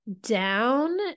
down